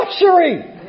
luxury